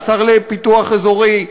השר לפיתוח אזורי,